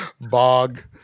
Bog